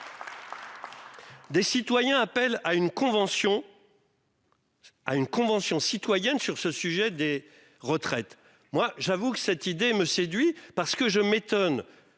Des citoyens appellent à une convention. Ah une Convention citoyenne sur ce sujet des retraites, moi j'avoue que cette idée me séduit parce que je m'étonne